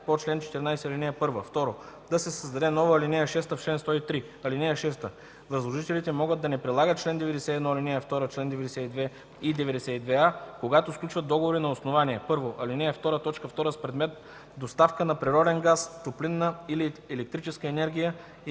„по чл. 14, ал. 1”. 2. Да се създаде нова ал. 6 в чл. 103: „(6) Възложителите могат да не прилагат чл. 91, ал. 2, чл. 92 и 92а, когато сключват договори на основание: 1. ал. 2, т. 2 с предмет доставка на природен газ, топлинна или електрическа енергия,